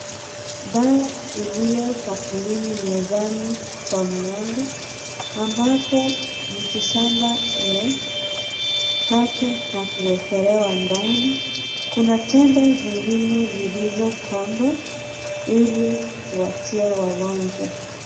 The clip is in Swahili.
Dawa iliyo bakulini mezani kwa mganga ambapo mti shamba imekatwa na kuekelewa ndani, kuna tembe zingine zilizo kando ili kuwatia wagonjwa.